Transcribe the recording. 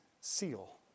seal